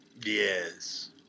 Yes